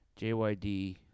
JYD